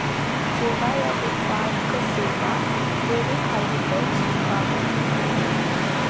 सेवा या उत्पाद क सेवा लेवे खातिर टैक्स चुकावे क पड़ेला